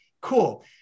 Cool